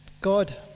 God